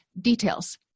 details